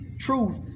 truth